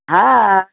हा